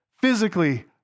physically